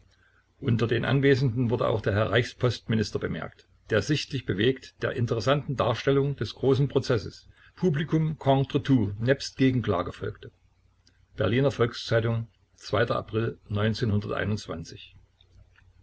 unter den anwesenden wurde auch der herr reichspostminister bemerkt der sichtlich bewegt der interessanten darstellung des großen prozesses publikum contre tout nebst gegenklage folgte berliner volks-zeitung april